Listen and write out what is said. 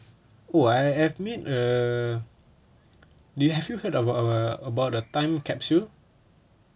oh I admit uh do you have you heard of uh about the time capsule